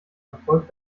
erfolg